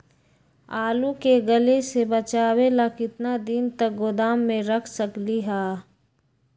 आलू के गले से बचाबे ला कितना दिन तक गोदाम में रख सकली ह?